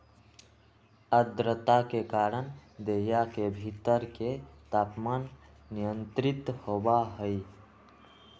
आद्रता के कारण देहिया के भीतर के तापमान नियंत्रित होबा हई